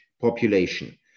population